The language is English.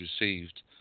received